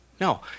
No